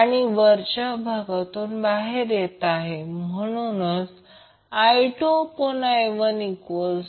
Q0 चे दुसरे समीकरण Q0 ω0 ω2 ω1 आहे